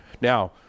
Now